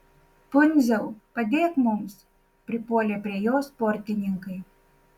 pundziau padėk mums pripuolė prie jo sportininkai